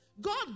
God